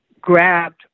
grabbed